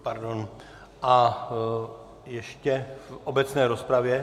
Pardon... a ještě v obecné rozpravě.